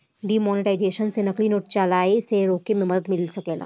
demonetisation से नकली note चलाए से रोके में मदद मिल सकेला